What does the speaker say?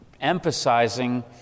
emphasizing